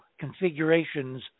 configurations